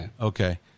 Okay